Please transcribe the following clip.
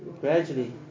gradually